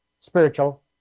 spiritual